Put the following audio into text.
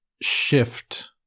shift